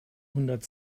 hundert